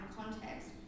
context